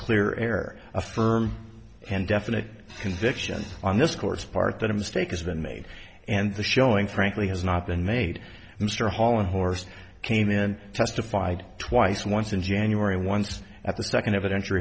clear air a firm and definite conviction on this court's part that a mistake has been made and the showing frankly has not been made mr holland horse came in and testified twice once in january once at the second eviden